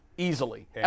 Easily